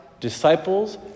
Disciples